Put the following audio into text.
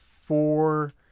four